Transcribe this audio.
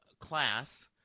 class –